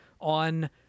on